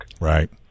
Right